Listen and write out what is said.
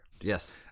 Yes